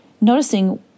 noticing